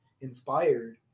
inspired